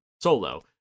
solo